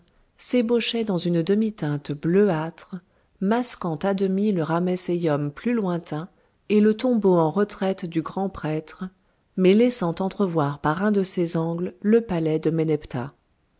s'ébauchaient dans une demi-teinte bleuâtre masquant à demi le rhamesséium plus lointain et le tombeau en retrait du grand prêtre mais laissant entrevoir par un de ses angles le palais de ménephta